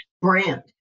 brand